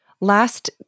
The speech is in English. Last